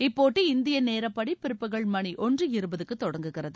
இப்போட்டி இந்திய நேரப்படி பிற்பகல் மணி ஒன்று இருபதுக்கு தொடங்குகிறது